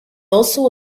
also